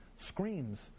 screams